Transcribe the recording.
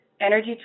Energy